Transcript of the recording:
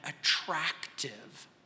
attractive